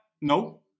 No